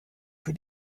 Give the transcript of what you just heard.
für